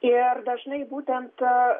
ir dažnai būtent